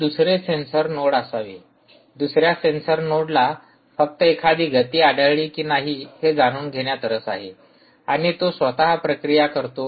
हे दुसरे sensor node असावे दुसऱ्या सेन्सर नोडला फक्त एखादी गति आढळली की नाही हे जाणून घेण्यात रस आहे आणि तो स्वतः प्रक्रिया करतो